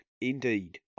Indeed